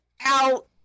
out